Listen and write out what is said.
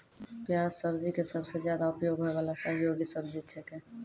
प्याज सब्जी के सबसॅ ज्यादा उपयोग होय वाला सहयोगी सब्जी छेकै